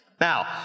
Now